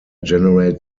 generate